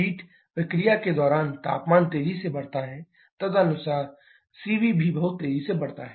heat addition प्रक्रिया के दौरान तापमान तेजी से बढ़ता है तदनुसार Cv भी बहुत तेजी से बढ़ता है